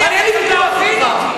להבין אותי.